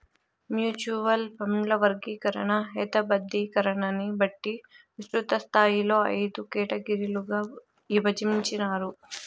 mutual ఫండ్ల వర్గీకరణ, హేతబద్ధీకరణని బట్టి విస్తృతస్థాయిలో అయిదు కేటగిరీలుగా ఇభజించినారు